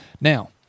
Now